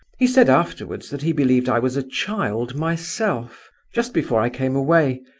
he said afterwards that he believed i was a child myself just before i came away.